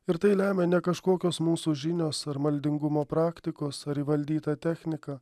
ir tai lemia ne kažkokios mūsų žinios ar maldingumo praktikos ar įvaldyta technika